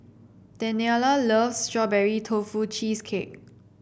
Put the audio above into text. Daniella loves Strawberry Tofu Cheesecake